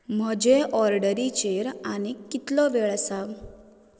म्हजे ऑर्डरीचेर आनी कितलो वेळ आसा